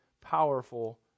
powerful